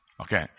Okay